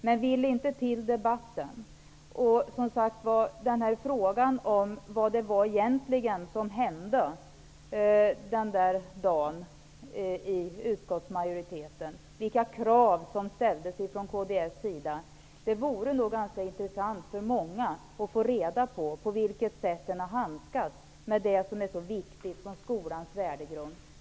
Men vrid inte till debatten! Frågan om vad det egentligen var som hände den där dagen vid utskottsmajoritetens möte och om vilka krav som ställdes från kds sida vore nog intressant för många att få svar på. På vilket sätt har man handskats med det som är så viktigt som skolans värdegrund?